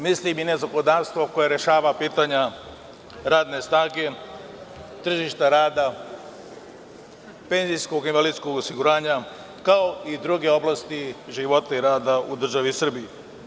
Kad to kažem, mislim na zakonodavstvo koje rešava pitanja radne snage, tržišta rada, penzijskog i invalidskog osiguranja, kao i druge oblasti života i rada u državi Srbiji.